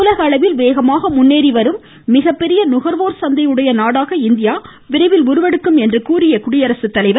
உலகளவில் வேகமாக முன்னேறி வரும் மிகப்பெரிய நுகர்வோர் சந்தை உடைய நாடாக இந்தியா விரைவில் உருவெடுக்கும் என்று கூறிய குடியரசுத்தலைவர்